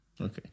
Okay